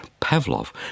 pavlov